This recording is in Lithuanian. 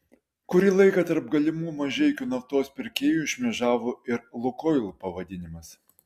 kurį laiką tarp galimų mažeikių naftos pirkėjų šmėžavo ir lukoil pavadinimas